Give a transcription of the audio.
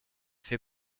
fait